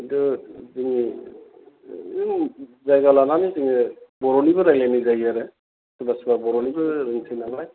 किन्थु जोंनि जायगा लानानै जोंङो बर'निबो रायज्लायनाय जायो आरो सोरबा सोरबा बर'निबो बुंसै नालाय